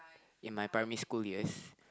in my primary school yes